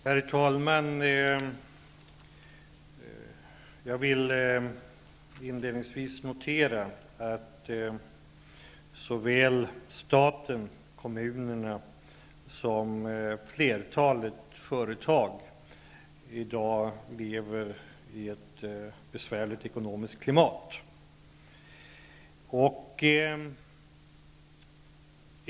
Herr talman! Inledningsvis noterar jag att såväl staten och kommunerna som flertalet företag i dag lever i ett besvärligt ekonomiskt klimat.